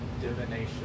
divination